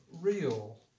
real